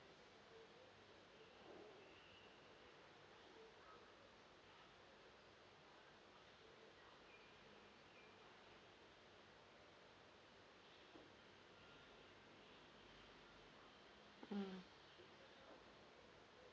mm